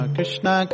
Krishna